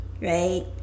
right